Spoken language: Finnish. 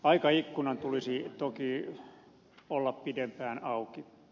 aikaikkunan tulisi toki olla pidempään auki